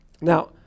Now